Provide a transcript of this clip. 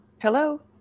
Hello